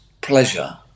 pleasure